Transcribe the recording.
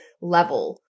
level